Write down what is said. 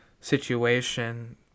situation